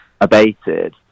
abated